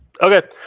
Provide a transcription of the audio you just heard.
okay